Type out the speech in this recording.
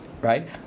Right